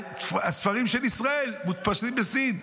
הספרים של ישראל מודפסים בסין.